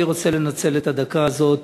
אני רוצה לנצל את הדקה הזאת